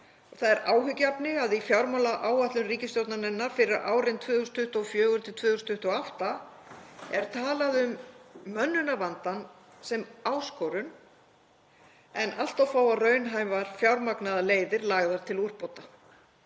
Það er áhyggjuefni að í fjármálaáætlun ríkisstjórnarinnar fyrir árin 2024–2028 er talað um mönnunarvandann sem áskorun en allt of fáar raunhæfar fjármagnaðar leiðir lagðar til úrbóta.